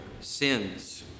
sins